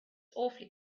awfully